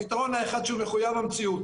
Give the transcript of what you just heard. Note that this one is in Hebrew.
הפתרון האחד שהוא מחויב המציאות